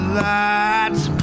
light's